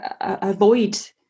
avoid